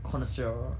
connoisseur